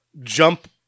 jump